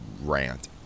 rant